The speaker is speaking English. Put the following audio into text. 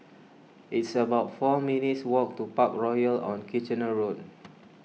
it's about four minutes' walk to Parkroyal on Kitchener Road